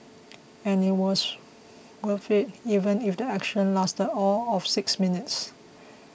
and it was worth it even if the action lasted all of six minutes